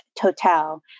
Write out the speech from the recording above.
Total